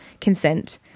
consent